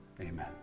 Amen